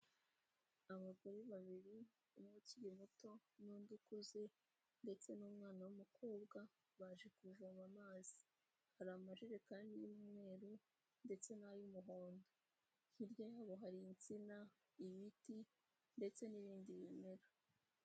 Abagore babiri, umwe ukiri muto n'undi ukuze ndetse n'umwana w'umukobwa, baje kuvoma amazi. Hari amajerekani y'umweru ndetse n'ay'umuhondo. Hirya yabo hari insina, ibiti ndetse n'ibindi bimera.